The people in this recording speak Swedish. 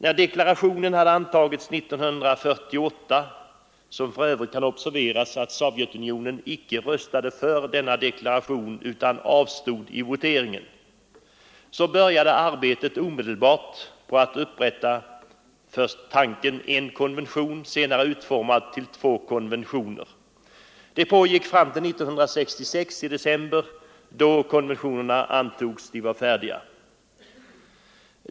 När deklarationen hade antagits 1948 — det bör för övrigt observeras att Sovjetunionen icke röstade för denna deklaration utan avstod i voteringen — så började arbetet omedelbart på att upprätta en konvention. Det blev sedermera två stycken, och arbetet pågick fram till december 1966.